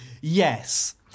Yes